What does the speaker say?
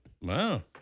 Wow